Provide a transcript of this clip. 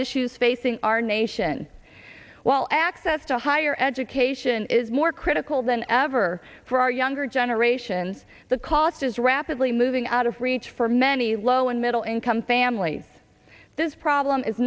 issues facing our nation while access to higher education is more critical than ever for our younger generations the cost is rapidly moving out of reach for many low and middle income families this problem is